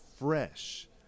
fresh